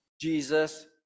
Jesus